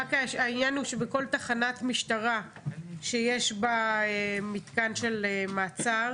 רק העניין הוא שבכל תחנת משטרה שיש בה מתקן של מעצר